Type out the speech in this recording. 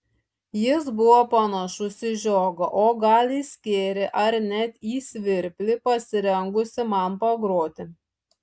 jis buvo panašus į žiogą o gal į skėrį ar net į svirplį pasirengusį man pagroti